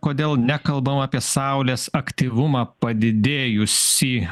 kodėl nekalbam apie saulės aktyvumą padidėjusį